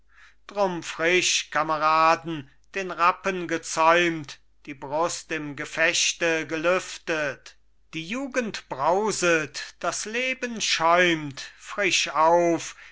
drum frisch kameraden den rappen gezäumt die brust im gefechte gelüftet die jugend brauset das leben schäumt frisch auf